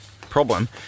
Problem